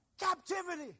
captivity